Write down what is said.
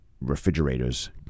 refrigerators